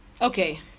Okay